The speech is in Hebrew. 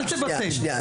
אל תבטל,